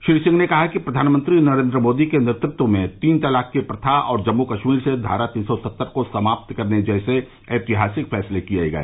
श्री सिंह ने कहा कि प्रधानमंत्री नरेंद्र मोदी के नेतृत्व में तीन तलाक की प्रथा और जम्मू कश्मीर से धारा तीन सौ सत्तर को समात करने जैसे ऐतिहासिक फैसले किए गए